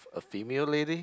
a female lady